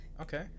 Okay